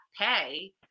pay